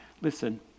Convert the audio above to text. Listen